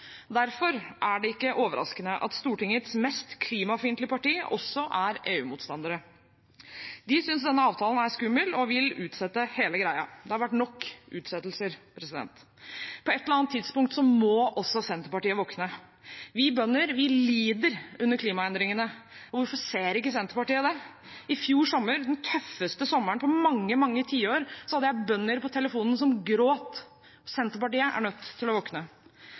Derfor er det ikke overraskende at Stortingets mest klimafiendtlige parti også er EU-motstandere. De synes denne avtalen er skummel og vil utsette hele greia. Det har vært nok utsettelser. På et eller annet tidspunkt må også Senterpartiet våkne. Vi bønder lider under klimaendringene. Hvorfor ser ikke Senterpartiet det? I fjor sommer, den tøffeste sommeren på mange, mange tiår, hadde jeg bønder på telefonen som gråt. Senterpartiet er nødt til å våkne.